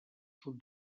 sud